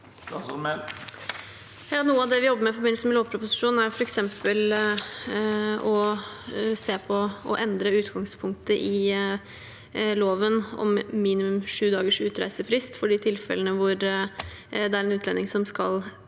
Noe av det vi job- ber med i forbindelse med lovproposisjonen, er f.eks. å se på å endre utgangspunktet i loven om minimum sju dagers utreisefrist for de tilfellene hvor det er en utlending som skal